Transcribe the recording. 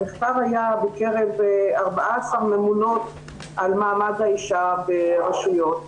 המחקר היה בקרב 14 ממונות על מעמד האישה ברשויות.